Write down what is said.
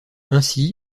ainsi